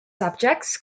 subjects